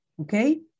okay